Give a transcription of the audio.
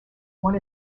one